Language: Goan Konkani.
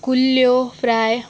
कुल्ल्यो फ्राय